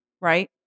right